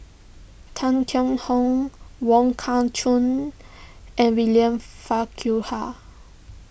Tan Kheam Hock Wong Kah Chun and William Farquhar